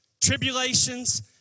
tribulations